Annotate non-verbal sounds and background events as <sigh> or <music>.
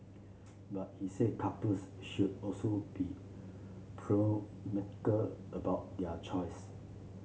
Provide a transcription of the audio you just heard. but he said couples should also be <unintelligible> about their choice